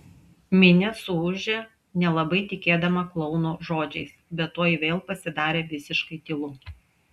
minia suūžė nelabai tikėdama klouno žodžiais bet tuoj vėl pasidarė visiškai tylu